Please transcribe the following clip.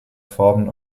formen